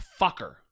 fucker